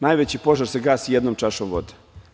Najveći požar se gasi jednom čašom vode.